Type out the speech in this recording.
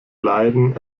leiden